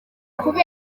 kubera